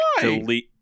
Delete